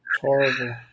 horrible